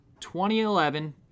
2011